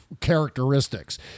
characteristics